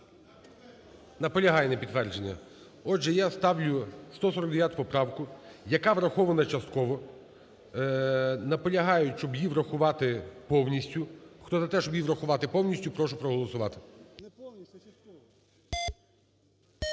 Наполягає на підтвердження. Отже, я ставлю 149 поправку, яка врахована частково, наполягають, щоб її врахувати повністю. Хто за те, щоб її врахувати повністю, прошу проголосувати.